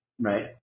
Right